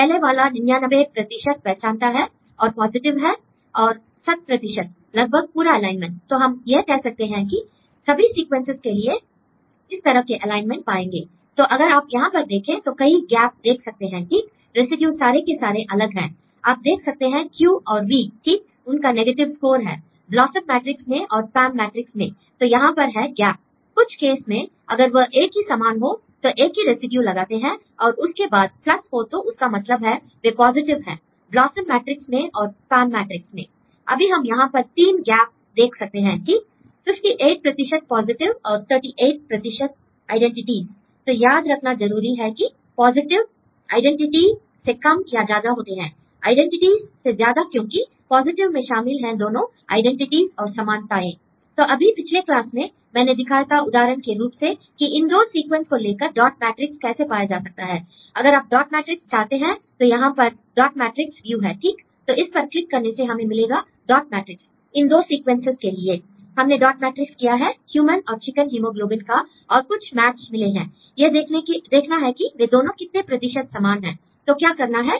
पहले वाला 99 प्रतिशत पहचानता है और पॉजिटिव है 100 प्रतिशत लगभग पूरा एलाइनमेंट l तो हम यह कह नहीं सकते कि सभी सीक्वेंसेस के लिए इस तरह के एलाइनमेंट पाएंगे l तो अगर आप यहां पर देखें तो कई गैप देख सकते हैं ठीक रेसिड्यू सारे के सारे अलग हैं l आप देख सकते हैं Q और V ठीक उनका नेगेटिव स्कोर है ब्लॉसम मैट्रिक्स में और पाम मैट्रिक्स में l तो यहां पर है गैप कुछ केस में अगर वह एक ही समान हो तो एक ही रेसिड्यू लगाते हैं और उसके बाद प्लस हो तो इसका मतलब है वे पॉजिटिव हैं ब्लॉसम मैट्रिक्स में और पाम मैट्रिक्स में l अभी हम यहां पर 3 गैप देख सकते हैं ठीक 58 प्रतिशत पॉजिटिव और 38 प्रतिशत आईडेंटिटीज़l तो याद रखना जरूरी है कि पॉजिटिवज आइडेंटिटी से कम या ज्यादा होते हैं आईडेंटिटीज़ से ज्यादा क्योंकि पॉजिटिवज़ में शामिल हैं दोनों आईडेंटिटीज़ और समानताएं l तो अभी पिछले क्लास में मैंने दिखाया था उदाहरण के रूप से कि इन दो सीक्वेंस को लेकर डॉट मैट्रिक्स कैसे पाया जा सकता है l अगर आप डॉट मैट्रिक्स चाहते हैं तो यहां पर डॉट मैट्रिक्स व्यू हैठीक l तो इस पर क्लिक करने से हमें मिलेगा डॉट मैट्रिक्स इन दो सीक्वेंसेस के लिए l हमने डॉट मैट्रिक्स किया है ह्यूमन और चिकन हिमोग्लोबिन का और कुछ मैच मिले हैं l यह देखना है कि वे दोनों कितने प्रतिशत समान हैं l तो क्या करना है